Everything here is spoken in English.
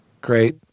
Great